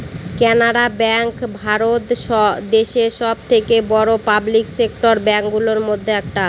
Canara bank Bharat দেশে সব থেকে বড়ো পাবলিক সেক্টর ব্যাঙ্ক গুলোর মধ্যে একটা